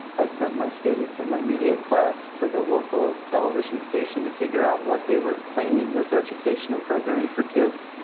i sent my students in my media class to the local television station to figure out what they were claiming was educational programming for kids.